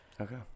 Okay